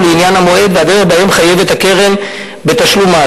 לעניין המועד והדרך שבהם חייבת הקרן בתשלום מס.